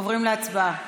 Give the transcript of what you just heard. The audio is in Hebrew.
עוברים להצבעה.